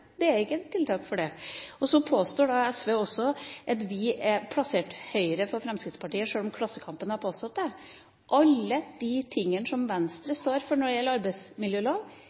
Det er ikke et tiltak for det. Så påstår SV også at vi er plassert til høyre for Fremskrittspartiet, slik som Klassekampen har påstått. Alt Venstre står for når det gjelder arbeidsmiljølov,